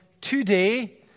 today